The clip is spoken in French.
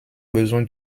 besoin